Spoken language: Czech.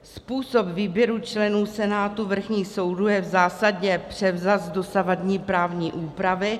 Způsob výběru členů senátu vrchních soudů je zásadně převzat z dosavadní právní úpravy.